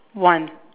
one